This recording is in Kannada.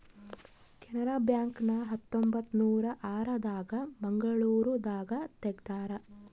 ಕೆನರಾ ಬ್ಯಾಂಕ್ ನ ಹತ್ತೊಂಬತ್ತನೂರ ಆರ ದಾಗ ಮಂಗಳೂರು ದಾಗ ತೆಗ್ದಾರ